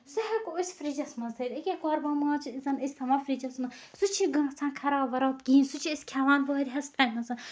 سُہ ہیٚکو أسۍ فرجَس منٛز تھٲیِتھ أکیاہ قۄربان ماز چھِ اِنسان اسۍ تھاوان فرجَس منٛز سُہ چھُنہٕ گژھان خراب وَراب کہیٖنۍ سُہ چھِ أسۍ کھیٚوان واریاہَس ٹایمَس